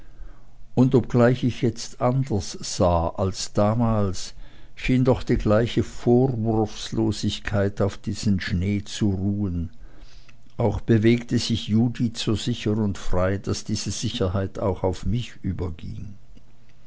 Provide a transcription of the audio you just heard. und obgleich ich jetzt anders sah als damals schien doch die gleiche vorwurfslosigkeit auf diesem schnee zu ruhen auch bewegte sich judith so sicher und frei daß diese sicherheit auch auf mich überging